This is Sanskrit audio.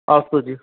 अस्तु जी